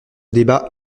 débat